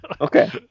Okay